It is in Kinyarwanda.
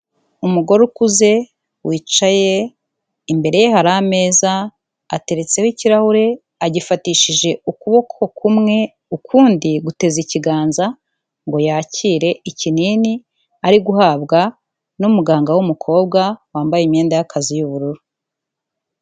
Umugore ukuze wicaye imbere ye hari ameza ateretseho ikirahure agifatishije ukuboko kumwe, ukundi guteze ikiganza ngo yakire ikinini ari guhabwa n'umuganga w'umukobwa wambaye imyenda y'akazi y'ubururu.